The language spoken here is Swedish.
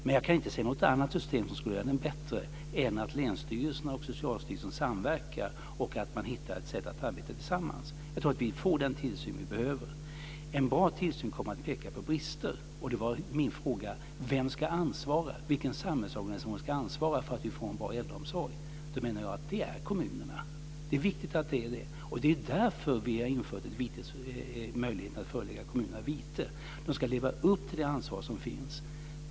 Men jag kan inte se något annat system som skulle göra den bättre än en samverkan mellan länsstyrelserna och Socialstyrelsen där man hittar ett sätt att arbeta tillsammans. Vi får den tillsyn vi behöver. En bra tillsyn kommer att peka på brister. Min fråga var vem som ska ansvara. Vilken samhällsorganisation ska ansvara för att vi får en bra äldreomsorg? Jag menar att det är kommunerna. Det är viktigt att det är så. Det är därför vi har infört möjligheten att förelägga kommunerna vite. De ska leva upp till det ansvar som finns.